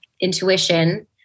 intuition